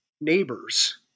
neighbors